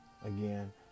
Again